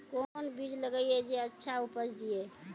कोंन बीज लगैय जे अच्छा उपज दिये?